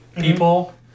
people